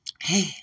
Hey